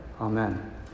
Amen